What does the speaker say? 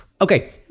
Okay